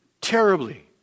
Terribly